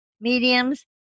mediums